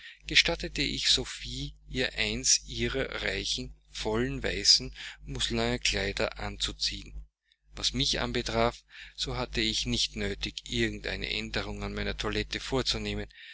gestattete ich sophie ihr eins ihrer reichen vollen weißen musselinkleider anzuziehen was mich anbetraf so hatte ich nicht nötig irgend eine änderung an meiner toilette vorzunehmen